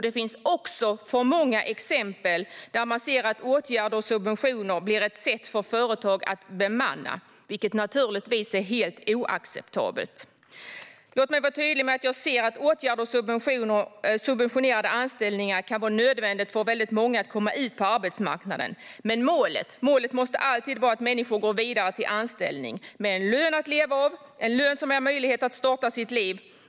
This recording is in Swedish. Det finns också alltför många exempel där åtgärder och subventioner blir ett sätt för företag att bemanna, vilket naturligtvis är helt oacceptabelt. Låt mig vara tydlig med att jag ser att åtgärder och subventionerade anställningar kan vara nödvändiga för att många ska komma ut på arbetsmarknaden. Men målet måste alltid vara att människor går vidare till anställning med en lön att leva av - en lön som ger möjlighet att starta sitt liv.